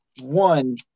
one